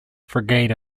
frigate